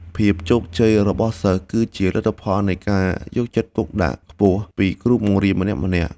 ភាពជោគជ័យរបស់សិស្សគឺជាលទ្ធផលនៃការយកចិត្តទុកដាក់ខ្ពស់ពីគ្រូបង្រៀនម្នាក់ៗ។